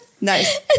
Nice